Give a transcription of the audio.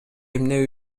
эмне